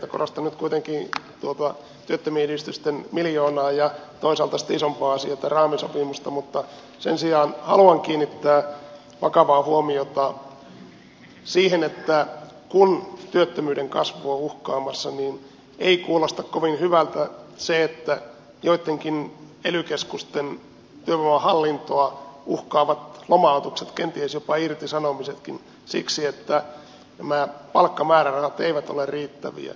korostan nyt kuitenkin tuota työttömien yhdistysten miljoonaa ja toisaalta sitten isompaa asiaa tätä raamisopimusta mutta sen sijaan haluan kiinnittää vakavaa huomiota siihen että kun työttömyyden kasvu on uhkaamassa ei kuulosta kovin hyvältä se että joittenkin ely keskusten työvoimahallintoa uhkaavat lomautukset kenties jopa irtisanomisetkin siksi että nämä palkkamäärärahat eivät ole riittäviä